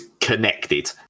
connected